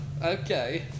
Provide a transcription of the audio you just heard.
okay